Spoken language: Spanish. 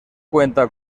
cuenta